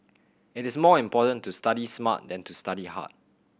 it is more important to study smart than to study hard